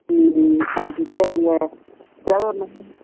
ம் ம் காட்டிவிட்டு அங்கே